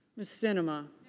miss cinema,